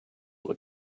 were